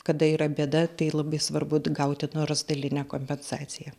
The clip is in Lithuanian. kada yra bėda tai labai svarbu gauti nors dalinę kompensaciją